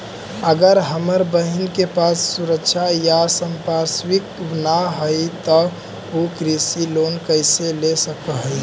अगर हमर बहिन के पास सुरक्षा या संपार्श्विक ना हई त उ कृषि लोन कईसे ले सक हई?